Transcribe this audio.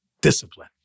discipline